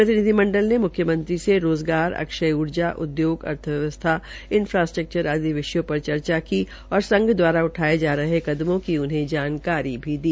प्रतिनिधिमंडल ने मुख्यमंत्री से रोज़गार सक्षम ऊर्जा उदयोग अर्थव्यवस्था इन्फ्राटक्चर आदि विषयों पर चर्चा की और संध दवारा उठाये जा रहे कदमों की जानकारी दी